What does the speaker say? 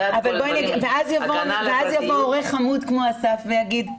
ואז יבוא הורה חמוד כמו אסף ויגיד: